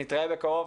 נתראה בקרוב,